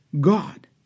God